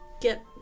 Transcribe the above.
get